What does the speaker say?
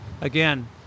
again